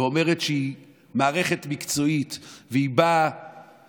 ואומרת שהיא מערכת מקצועית ושהיא באה